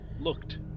looked